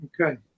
Okay